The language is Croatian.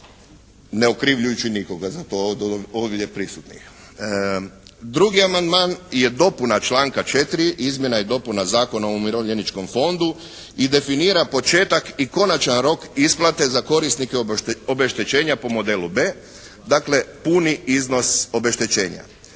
ne okrivljujući nikoga za to ovdje prisutnih. Drugi amandman je dopuna članka 4. Izmjena i dopuna Zakona o Umirovljeničkom fondu i definira početak i konačan rok isplate za korisnike obeštećenja po modelu b), dakle puni iznos obeštećenja.